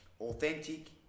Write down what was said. Authentic